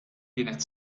kienet